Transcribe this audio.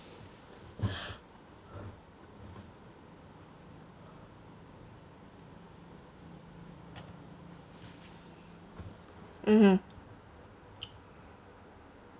mmhmm